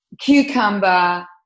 cucumber